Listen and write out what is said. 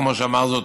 כמו שאמר זאת